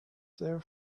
their